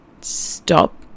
stop